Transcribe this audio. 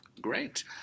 Great